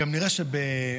גם נראה שבפסח,